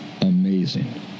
Amazing